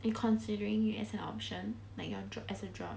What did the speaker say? you considering it as an option like your job as a job